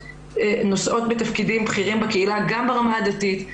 נושאות בתפקידים בכירים בקהילה גם ברמה הדתית,